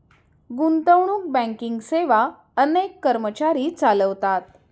गुंतवणूक बँकिंग सेवा अनेक कर्मचारी चालवतात